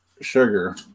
sugar